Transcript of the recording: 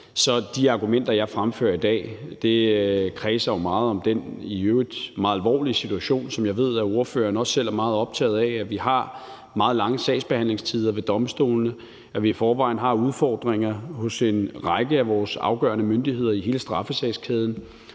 at de argumenter, jeg fremfører i dag, jo kredser meget om den i øvrigt meget alvorlige situation, som jeg ved at ordføreren også selv er meget optaget af, nemlig at vi har meget lange sagsbehandlingstider ved domstolene, og at vi i forvejen har udfordringer hos en række af vores afgørende myndigheder i hele straffesagskæden,